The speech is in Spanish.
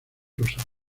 rosadas